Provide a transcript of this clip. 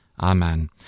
Amen